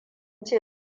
ce